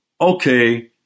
okay